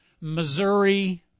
missouri